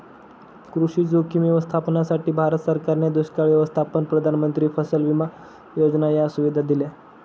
कृषी जोखीम व्यवस्थापनासाठी, भारत सरकारने दुष्काळ व्यवस्थापन, प्रधानमंत्री फसल विमा योजना या सुविधा दिल्या